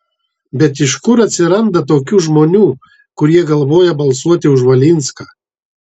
bet iš kur atsiranda tokių žmonių kurie galvoja balsuoti už valinską